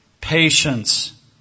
patience